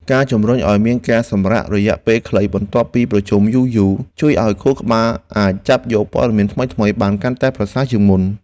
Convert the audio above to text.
ការជំរុញឱ្យមានការសម្រាករយៈពេលខ្លីបន្ទាប់ពីប្រជុំយូរៗ ជួយឱ្យខួរក្បាលអាចចាប់យកព័ត៌មានថ្មីៗបានកាន់តែប្រសើរជាងមុន។